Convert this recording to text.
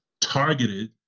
targeted